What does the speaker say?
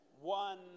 one